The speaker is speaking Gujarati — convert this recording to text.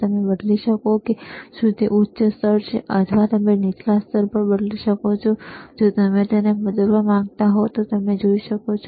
તમે બદલી શકો છો કે શું તે ઉચ્ચ સ્તર છે અથવા તમે તેને નીચલા સ્તર પર બદલી શકો છો જો તમે તેને બદલવા માંગતા હોવ તો તમે જોઈ શકો છો